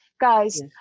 Guys